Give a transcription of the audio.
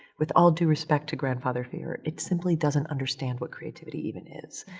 with all due respect to grandfather fear, it simply doesn't understand what creativity even is